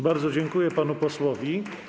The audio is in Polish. Bardzo dziękuję panu posłowi.